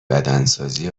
بدنسازی